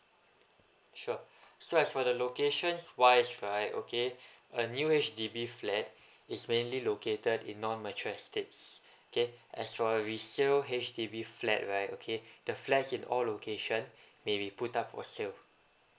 sure so as for the locations wise right okay a new H_D_B flat is mainly located in non mature estates okay as for a resale H_D_B flat right okay the flats in all location maybe put up for sale